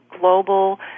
global